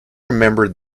remembered